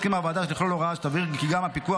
הסכימה הוועדה לכלול הוראה שתבהיר כי גם הפיקוח